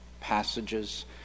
passages